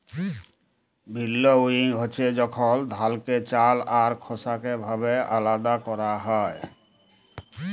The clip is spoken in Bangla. ভিল্লউইং হছে যখল ধালকে চাল আর খোসা ভাবে আলাদা ক্যরা হ্যয়